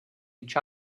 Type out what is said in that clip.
each